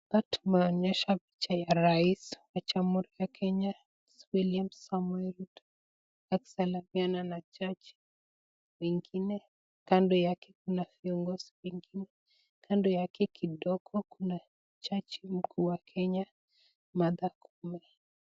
Hapa tumeonyeshwa picha ya rais wa jamhuri ya Kenya, William Samoei Ruto akisalimiana na jaji wengine, kando yake Kuna viongozi, kando yake kidogo Kuna jaji mkuu wa Kenya ,Martha Koome